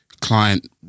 client